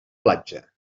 platja